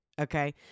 Okay